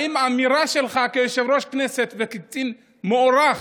האם האמירה שלך כיושב-ראש כנסת וקצין מוערך